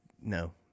no